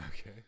Okay